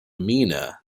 mina